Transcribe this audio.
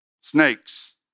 Snakes